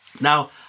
Now